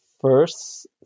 first